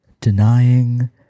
denying